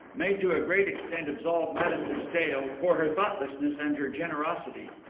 may to a great extent absolve madame de stael for her thoughtlessness and her generosity.